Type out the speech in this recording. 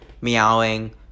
meowing